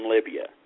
Libya